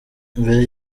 mbere